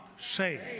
Saved